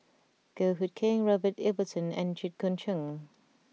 Goh Hood Keng Robert Ibbetson and Jit Koon Ch'ng